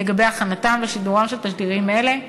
לגבי הכנתם ושידורם של תשדירים אלה,